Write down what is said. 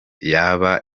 igana